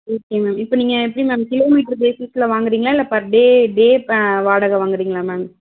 okay ma'am இப்போ நீங்கள் எப்படி மேம் கிலோமீட்ரு பேசிஸில் வாங்கறீங்களா இல்லை பர் டே டே வாடகை வாங்கறீங்களா மேம்